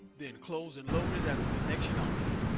then close and load it as a connection only.